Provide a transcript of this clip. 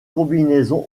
combinaisons